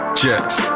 jets